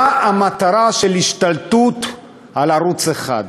מה המטרה של השתלטות על ערוץ 1?